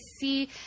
see